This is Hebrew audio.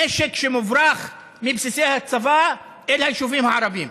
נשק שמוברח מבסיסי הצבא אל היישובים הערביים.